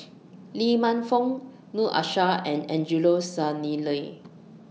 Lee Man Fong Noor Aishah and Angelo Sanelli